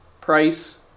price